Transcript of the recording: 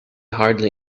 hardly